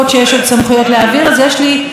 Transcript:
אז בדיוק יש לי משהו להגיד לך על זה,